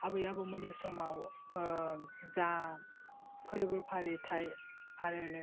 आबै आबौमोननि समाव जा फोरबो फालिथाइ आरो